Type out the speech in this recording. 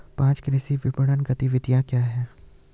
पाँच कृषि विपणन गतिविधियाँ क्या हैं?